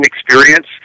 experience